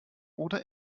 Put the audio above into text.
oder